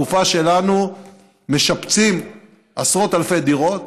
בתקופה שלנו משפצים עשרות אלפי דירות,